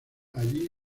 allí